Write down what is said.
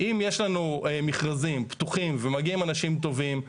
אם יש לנו מכרזים פתוחים ומגיעים אנשים טובים,